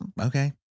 Okay